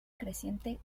creciente